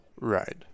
Right